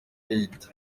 aid